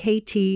KT